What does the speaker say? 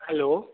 hello